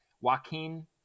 Joaquin